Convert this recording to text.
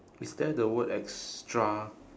is there the word extra